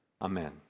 amen